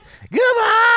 goodbye